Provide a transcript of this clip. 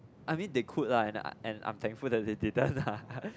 I mean they could lah and and I'm thankful they didn't lah